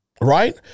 right